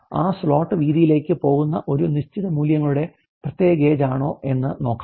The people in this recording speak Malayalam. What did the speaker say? ആ സ്ലോട്ട് വീതിയിലേക്ക് പോകുന്ന ഒരു നിശ്ചിത മൂല്യങ്ങളുടെ പ്രത്യേക ഗേജ് ആണോ എന്ന് നോക്കാം